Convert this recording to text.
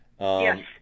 Yes